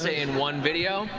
ah in one video.